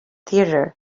theater